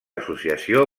associació